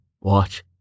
Watch